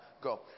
go